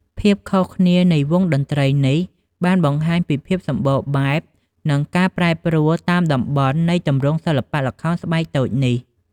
ភាពខុសគ្នានៃវង់តន្ត្រីនេះបានបង្ហាញពីភាពសម្បូរបែប និងការប្រែប្រួលតាមតំបន់នៃទម្រង់សិល្បៈល្ខោនស្បែកតូចនេះ។